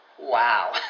Wow